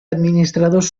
administradors